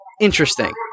interesting